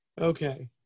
Okay